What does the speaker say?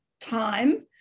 time